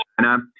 China